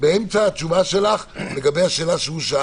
חוזרת כדי לנסות ללמוד מתי זה קורה.